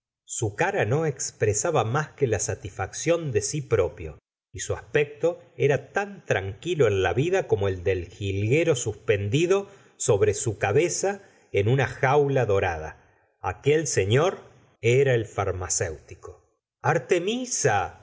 su cara no expresaba más que la satisfacción de si propio y su aspecto era tan tranquilo en la vida como el del jilguero susgustavo flaubert pendido sobre su cabeza en una jaula dorada aquel señor era el farmaceútico artemisa